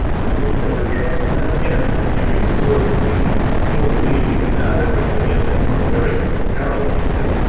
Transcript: i will never trust a man again for keeping his sword clean nor believe he can have everything in him by wearing his apparel neatly.